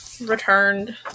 Returned